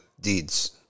deeds